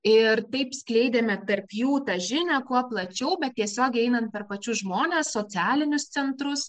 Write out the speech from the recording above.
ir taip skleidėme tarp jų tą žinią kuo plačiau bet tiesiogiai einant per pačius žmones socialinius centrus